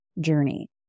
journey